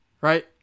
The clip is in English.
Right